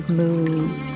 move